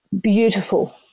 Beautiful